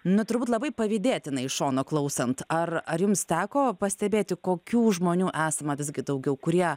nu turbūt labai pavydėtinai iš šono klausant ar ar jums teko pastebėti kokių žmonių esama visgi daugiau kurie